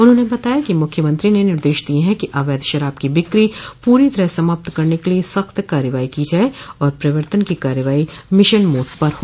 उन्होंने बताया कि मुख्यमंत्री ने निर्देश दिये हैं कि अवैध शराब की ब्रिकी पूरी तरह समाप्त करने के लिये सख्त कार्रवाई की जाये और प्रवर्तन की कार्रवाई मिशनमोड पर हो